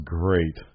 great